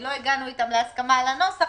לא הגענו אתם להסכמה על הנוסח,